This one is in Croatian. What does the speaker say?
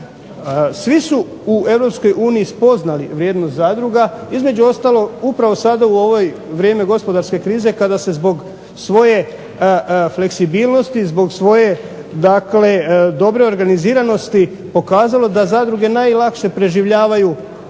uniji spoznali vrijednost zadruga, između ostalog upravo sada u ovo vrijeme gospodarske krize kada se zbog svoje fleksibilnosti, zbog svoje dobre organiziranosti pokazalo da zadruge najlakše preživljavaju